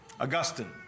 Augustine